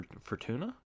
Fortuna